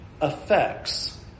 affects